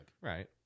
right